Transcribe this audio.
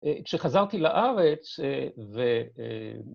‫כשחזרתי לארץ ו...